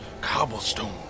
cobblestone